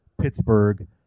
Pittsburgh